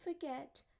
forget